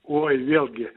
uoj vėlgi